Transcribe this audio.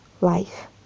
life